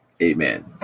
Amen